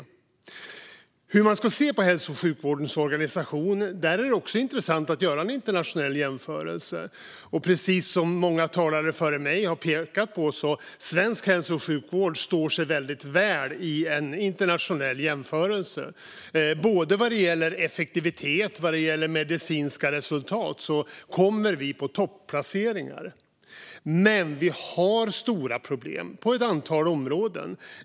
När det gäller hur man ska se på hälso och sjukvårdens organisation är det också intressant att göra en internationell jämförelse. Precis som många talare före mig har pekat på står sig svensk hälso och sjukvård väldigt väl i en internationell jämförelse. Både vad gäller effektivitet och medicinska resultat kommer vi på topplaceringar. Men vi har stora problem på ett antal områden.